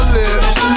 lips